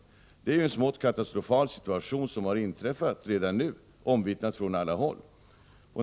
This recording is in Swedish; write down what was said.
Situationen är redan nu smått katastrofal, vilket är omvittnat från alla håll.